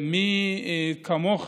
מי כמוך